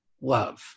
love